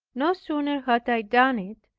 no sooner had i done it,